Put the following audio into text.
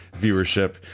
viewership